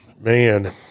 man